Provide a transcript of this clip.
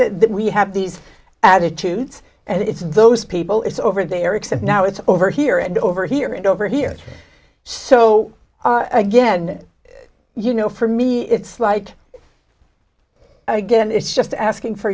that we have these attitudes and it's those people it's over there except now it's over here and over here and over here so again you know for me it's like again it's just asking for